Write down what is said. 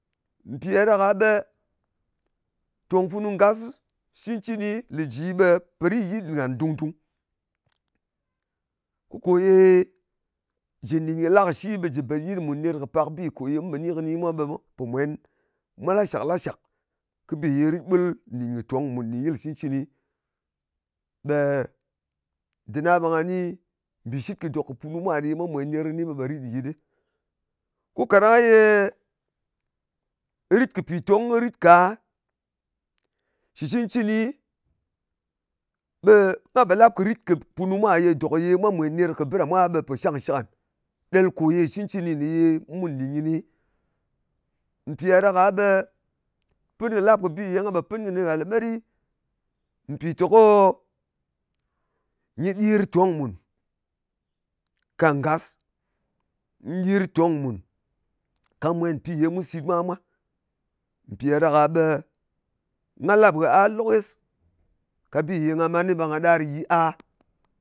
Mpì ɗak ɗak-a ɓe tong funu ngas cɨncɨni le ji, ɓe rit nyit ngan dùng-dung. Ko kò ye jɨ nɗin kɨ la kɨ shi ɓe jɨ bèt yɨt mùn ner kɨ̀ pàk bì mu pò ni kɨni mwa, ɓe mwa pò mwen, mwa lashàk-lashàk kɨ bi ye rit ɓul nɗin kɨ tong mùn nɗin yɨl shɨ cɨncɨni. Ɓe dɨr na ɓe nga ni mbìshit kɨ dok punu mwa nè ye mwa mwèn ner kɨni ɓe rit nyit ɗɨ. Ko kaɗang ye rit kɨ pìtong kɨ rit ka. shɨ cɨncɨni ɓe ngo pò lap kɨ rit kɨ punu mwa ye dòk ye mwa mwen ner kɨ ɓi ɗa mwa a, ɓe pò shangshɨk ngan, ɗel kò ye shɨ cɨncɨni ye mun nɗìn kɨni. Mpì ɗa ɗak-a be pɨn kɨ lap kɨn ne ye nga pò pɨn kɨnɨ ghà lemet ɗɨ, mpìteko nyɨ ɗir tòng mùn ka ngas. Nyi ɗir tong mùn ka mwen pi ye mu sìt mwa mwā. Mpì ɗa ɗak-a ɓe nga lap ngha a lokes ka bi ye nga mnai, ɓe nga ɗar gyi a.